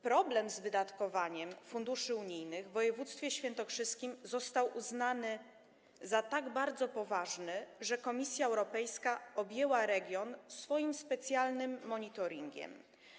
Problem z wydatkowaniem funduszy unijnych w województwie świętokrzyskim został uznany za tak bardzo poważny, że Komisja Europejska objęła region swoim specjalnym monitoringiem.